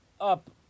up